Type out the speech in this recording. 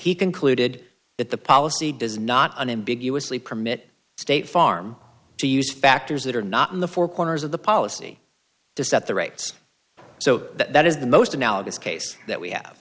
he concluded that the policy does not unambiguous lee permit state farm to use factors that are not in the four corners of the policy to set the rates so that is the most analogous case that we have